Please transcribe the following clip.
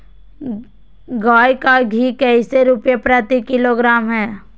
गाय का घी कैसे रुपए प्रति किलोग्राम है?